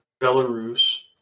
Belarus